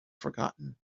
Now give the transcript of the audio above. forgotten